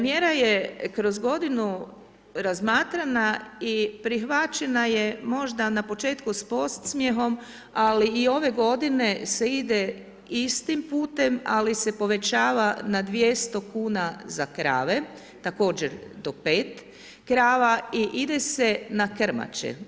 Mjera je kroz godinu razmatrana i prihvaćena je možda na početku s podsmjehom ali i ove godine se ide istim putem ali se povećava na 200 kuna za krave, također do 5 krava i ide se na krmače.